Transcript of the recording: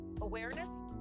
awareness